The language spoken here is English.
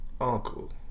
uncle